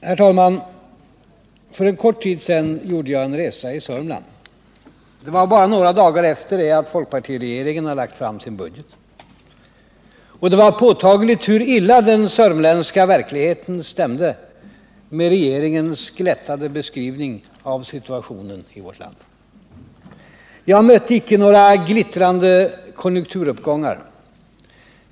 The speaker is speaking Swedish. Herr talman! För en kort tid sedan gjorde jag en resa i Sörmland. Det var bara några dagar efter det att folkpartiregeringen lagt fram sin budget. Det var påtagligt hur illa den sörmländska verkligheten stämde med regeringens glättade beskrivning av situationen i vårt land. Jag mötte icke någon glittrande konjunkturuppgång.